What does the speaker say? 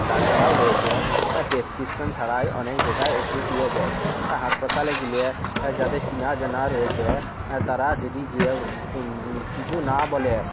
তাছাড়াও রয়েছে প্রেস্ক্রিপশন ছাড়াই অনেক জাগায় ওষুধ দিয়ে দেয় হ্যাঁ হাসপাতালে গিলে হ্যাঁ যাদের চেনা জানা রয়েছে তারা যদি গিয়েও কিছু না বলে